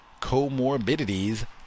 comorbidities